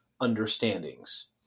understandings